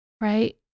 right